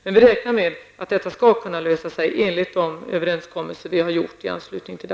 Men vi räknar med att det skall gå att åstadkomma en lösning enligt de överenskommelser vi har gjort i anslutning till